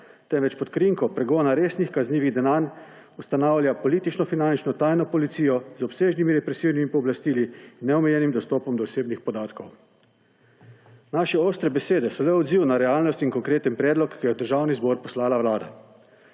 temveč pod krinko pregona resnih kaznivih dejanj ustanavlja politično-finančno tajno policijo z obsežnimi represivnimi pooblastili in neomejenim dostopom do osebnih podatkov. Naše ostre besede so le odziv na realnost in konkreten predlog, ki ga je v Državni zbor poslala Vlada.